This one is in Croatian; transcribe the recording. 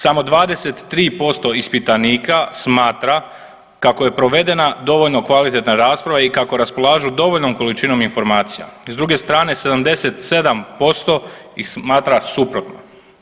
Samo 23% ispitanika smatra kako je provedena dovoljno kvalitetna rasprava i kako raspolažu dovoljnom količinom informacija i s druge strane 77% ih smatra suprotno.